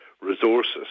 resources